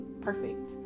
perfect